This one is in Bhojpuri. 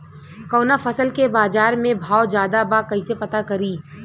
कवना फसल के बाजार में भाव ज्यादा बा कैसे पता करि?